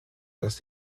dass